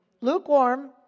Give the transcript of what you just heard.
lukewarm